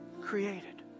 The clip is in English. created